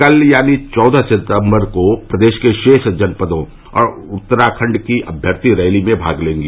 कल यानी चौदह सितम्बर को प्रदेश के शेष जनपदों और उत्तराखंड की अभ्यर्थी रैली में भाग लेंगी